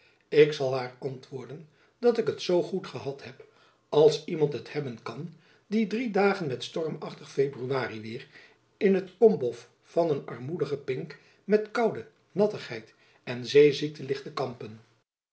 ik zal haar antwoorden dat ik het zoo goed gehad heb als iemand het hebben kan die drie dagen met stormachtig february weêr in t kombof van een armoedige pink met koude nattigheid en zeeziekte ligt te kampen